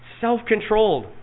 self-controlled